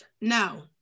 No